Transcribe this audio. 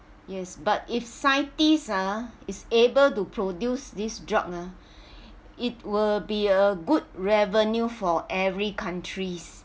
yes but if scientists ah is able to produce this drug ah it will be a good revenue for every countries